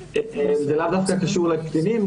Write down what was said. זה לאו דווקא קשור לקטינים,